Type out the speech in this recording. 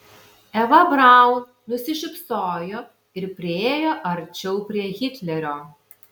eva braun nusišypsojo ir priėjo arčiau prie hitlerio